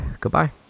Goodbye